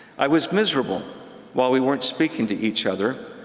i was miserable while we weren't speaking to each other.